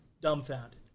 dumbfounded